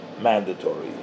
mandatory